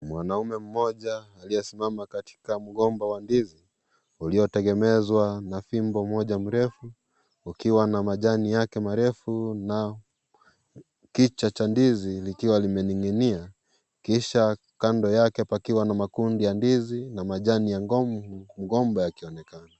Mwanaume mmoja aliye simama katika mgomba wa ndizi uliotegemezwa na fimbo moja mrefu ukiwa na majani yake marefu na kicha cha ndizi kikiwa kimeninginia kisha kando yake pakiwa na makundi ya ndizi na majani ya mgomba yakionekana.